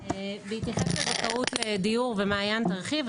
אתייחס בקצרה בנוגע לביטוח חיים,